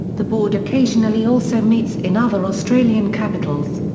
the board occasionally also meets in other australian capitals.